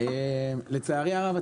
לצערי הרב,